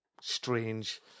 strange